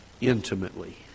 intimately